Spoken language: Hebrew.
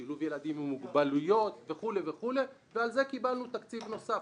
שילוב ילדים עם מוגבלויות וכולי ועל זה קיבלנו תקציב נוסף.